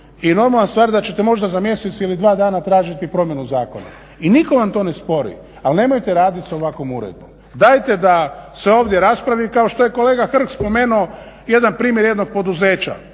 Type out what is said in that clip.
i normalna stvar da ćete možda za mjesec ili dva dana tražiti promjenu zakona i nitko vam to ne spori, ali nemojte radit s ovakvom uredbom. Dajte da se ovdje raspravi kao što je kolega Hrg spomenuo jedan primjer jednog poduzeća.